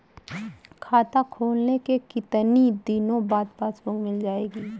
खाता खोलने के कितनी दिनो बाद पासबुक मिल जाएगी?